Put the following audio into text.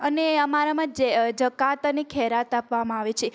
અને અમારામાં જકાત અને ખેરાત આપવામાં આવે છે